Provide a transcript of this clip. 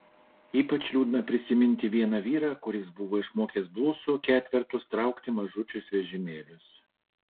ypač liūdna prisiminti vieną vyrą kuris buvo išmokęs blusų ketvertus traukti mažučius vežimėlius